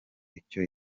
icyo